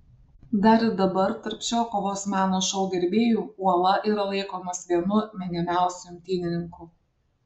dar ir dabar tarp šio kovos meno šou gerbėjų uola yra laikomas vienu mėgiamiausiu imtynininku